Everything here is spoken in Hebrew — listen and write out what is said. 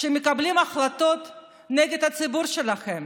שמקבלים החלטות נגד הציבור שלכם